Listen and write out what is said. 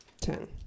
Ten